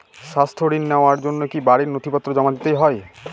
স্বাস্থ্য ঋণ নেওয়ার জন্য কি বাড়ীর নথিপত্র জমা দিতেই হয়?